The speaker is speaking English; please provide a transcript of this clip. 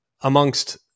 amongst